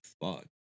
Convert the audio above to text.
fuck